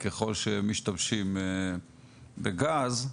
וככל שמשתמשים בגז,